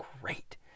great